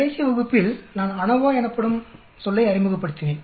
கடைசி வகுப்பில் நான் அநோவா எனப்படும் சொல்லை அறிமுகப்படுத்தினேன்